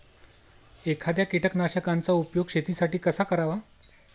एखाद्या कीटकनाशकांचा उपयोग शेतीसाठी कसा करावा?